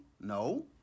no